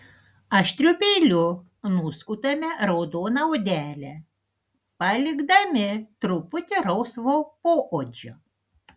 aštriu peiliu nuskutame raudoną odelę palikdami truputį rausvo poodžio